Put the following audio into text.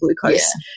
glucose